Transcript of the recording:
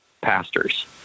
pastors